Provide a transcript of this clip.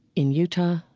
in utah,